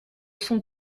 son